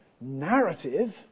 narrative